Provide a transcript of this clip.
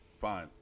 Fine